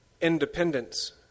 independence